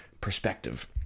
perspective